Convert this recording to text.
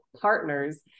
partners